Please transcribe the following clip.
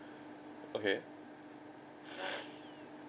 okay